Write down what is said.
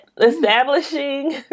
Establishing